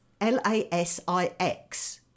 L-A-S-I-X